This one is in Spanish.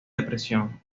depresión